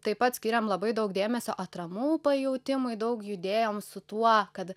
taip pat skyrėm labai daug dėmesio atramų pajautimui daug judėjom su tuo kad